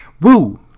woo